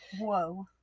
Whoa